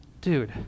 Dude